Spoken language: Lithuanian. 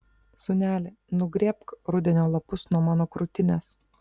sūneli nugrėbk rudenio lapus nuo mano krūtinės